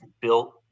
built